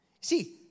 See